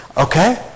Okay